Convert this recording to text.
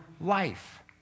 life